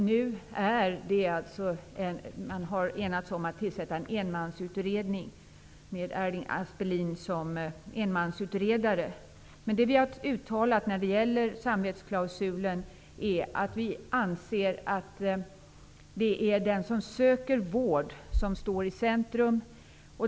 Nu har man enats om att tillsätta en enmansutredare, nämligen Erling Aspelin. Det vi har uttalat när det gäller samvetsklausulen är att vi anser att det är den som söker vård som står i centrum.